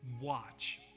watch